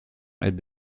est